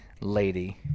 lady